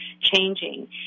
changing